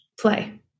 play